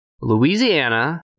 Louisiana